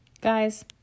Guys